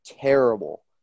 terrible